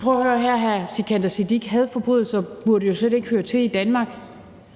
prøv at høre her, hr. Sikandar Siddique: Hadforbrydelser burde slet ikke høre til i Danmark,